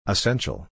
Essential